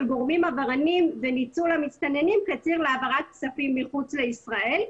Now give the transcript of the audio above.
גורמים עבריינים בניצול המסתננים כציר להעברת כספים אל מחוץ לישראל.